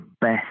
best